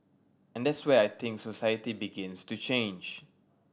and that's where I think society begins to change